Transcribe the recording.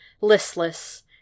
listless